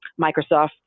Microsoft